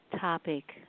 topic